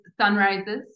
sunrises